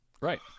Right